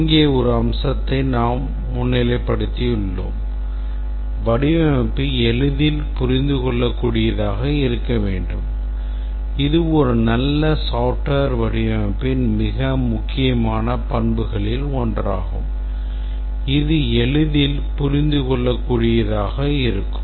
இங்கே ஒரு அம்சத்தை நாம் முன்னிலைப்படுத்தியுள்ளோம் வடிவமைப்பு எளிதில் புரிந்துகொள்ளக்கூடியதாக இருக்க வேண்டும் இது ஒரு நல்ல software வடிவமைப்பின் மிக முக்கியமான பண்புகளில் ஒன்றாகும் இது எளிதில் புரிந்துகொள்ளக்கூடியதாக இருக்கும்